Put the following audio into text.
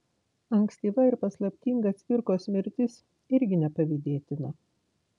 ankstyva ir paslaptinga cvirkos mirtis irgi nepavydėtina